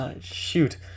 shoot